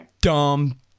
dumb